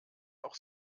auch